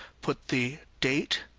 put the date,